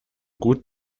gut